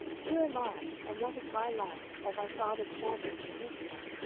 who am i? and what is my life, or my father's family in israel,